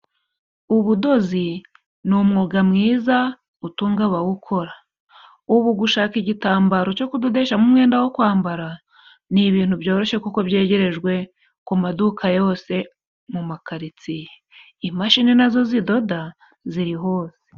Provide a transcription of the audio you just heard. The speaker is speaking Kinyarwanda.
Ubudozi ni umwuga mwiza utunga abawukora ubu gushaka igitambaro cyo kudodeshamo umwenda wo kwambara ni ibintu byoroshe kuko byegerejwe kumaduka yose makaritsiye, imashini nazo zidoda ziri hose.